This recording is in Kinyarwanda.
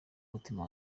umutima